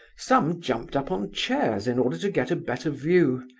some jumped up on chairs in order to get a better view.